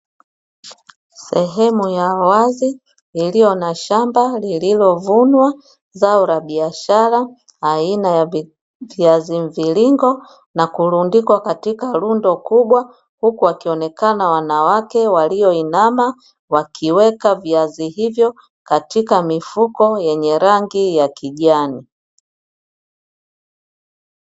Sehemu ya wazi iliyo na shamba lililovunwa zao la biashara aina ya viazi mviringo na kurundikwa katika rundo kubwa, huku wakionekana wanawake waliyoinama wakiweka viazi hivyo katika mifuko yenye rangi ya kijani.